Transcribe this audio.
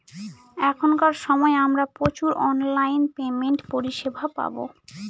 এখনকার সময় আমরা প্রচুর অনলাইন পেমেন্টের পরিষেবা পাবো